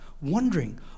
wondering